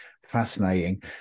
Fascinating